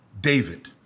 David